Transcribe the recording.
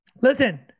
listen